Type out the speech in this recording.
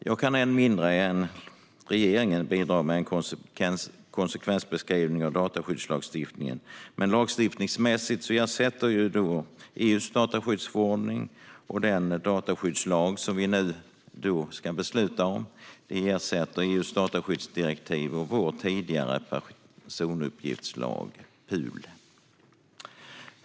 Jag kan ännu mindre än regeringen bidra med en konsekvensbeskrivning av dataskyddslagstiftningen, men lagstiftningsmässigt ersätter EU:s dataskyddsförordning och den dataskyddslag vi ska besluta om EU:s dataskyddsdirektiv och vår tidigare personuppgiftslag, PUL.